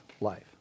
life